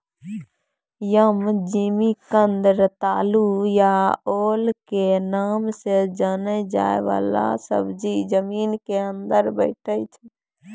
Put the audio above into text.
यम, जिमिकंद, रतालू या ओल के नाम सॅ जाने जाय वाला सब्जी जमीन के अंदर बैठै छै